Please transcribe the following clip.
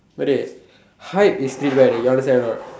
brother hype is street wear you understand or not